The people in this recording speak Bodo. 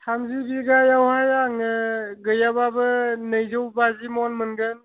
थामजि बिघायावहाय आङो गैयाबाबो नैजौ बाजि मन मोनगोन